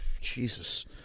Jesus